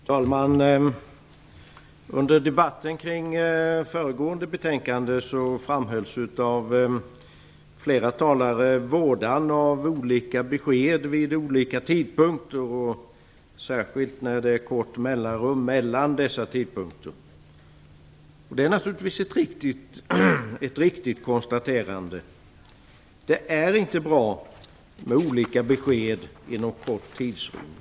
Fru talman! Under debatten om föregående betänkande framhölls av flera talare vådan av olika besked vid olika tidpunkter, och särskilt när det är kort mellanrum mellan dessa tidpunkter. Det är naturligtvis ett riktigt konstaterande. Det är inte bra med olika besked under kort tidsrymd.